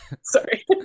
Sorry